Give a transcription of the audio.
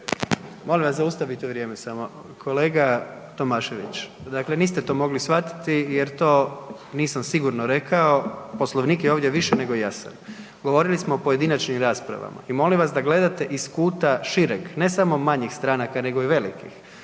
Molim vas zaustavite vrijeme samo. Kolega Tomašević, dakle niste to mogli shvatiti jer to nisam sigurno rekao, Poslovnik je ovdje više nego jasan. Govorili smo o pojedinačnim raspravama i molim vas da gledate iz kuta šireg, ne samo manjih stranaka nego i velikih,